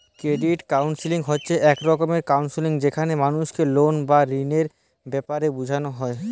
credit counselling হচ্ছে এক রকমের কাউন্সেলিং যেখানে মানুষকে লোন আর ঋণের বেপারে বুঝানা হয়